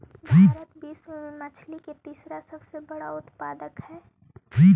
भारत विश्व में मछली के तीसरा सबसे बड़ा उत्पादक हई